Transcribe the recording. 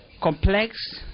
complex